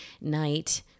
night